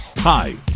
Hi